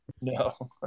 No